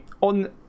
on